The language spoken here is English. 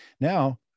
Now